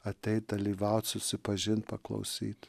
ateiti dalyvauti susipažinti paklausyti